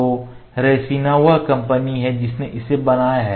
तो रैनीसा वह कंपनी है जिसने इसे बनाया है